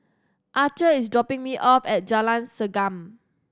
Archer is dropping me off at Jalan Segam